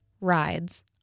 rides